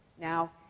Now